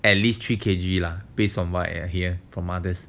at least three K_G lah based on what I hear from others